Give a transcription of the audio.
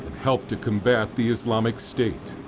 helped to combat the islamic state.